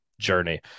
journey